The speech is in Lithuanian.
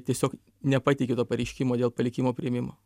tiesiog nepateikei to pareiškimo dėl palikimo priėmimo